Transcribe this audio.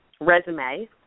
resume